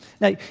Now